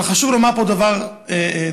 אבל חשוב לומר פה דבר נוסף: